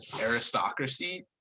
aristocracy